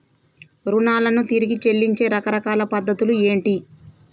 రుణాలను తిరిగి చెల్లించే రకరకాల పద్ధతులు ఏంటి?